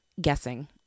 guessing